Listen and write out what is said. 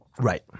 Right